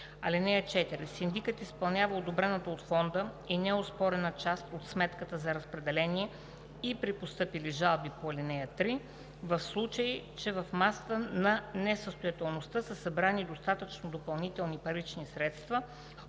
ал. 4: „(4) Синдикът изпълнява одобрената от фонда и неоспорена част от сметката за разпределение и при постъпили жалби по ал. 3, в случай че в масата на несъстоятелността са събрани достатъчно допълнителни парични средства,